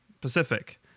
Pacific